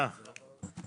הישיבה ננעלה בשעה